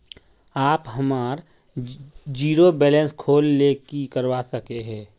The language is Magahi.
आप हमार जीरो बैलेंस खोल ले की करवा सके है?